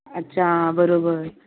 अच्छा बरोबर